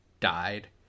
Died